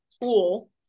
tool